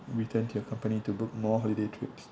return to your company to book more holiday trips